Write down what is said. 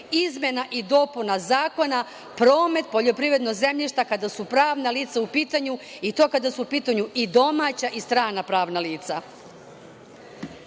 izmena i dopuna Zakona, promet poljoprivrednog zemljišta kada su pravna lica u pitanju i to kada su u pitanju domaća i strana pravna lica.